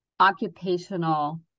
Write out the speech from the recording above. occupational